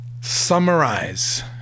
summarize